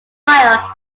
fire